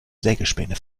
sägespäne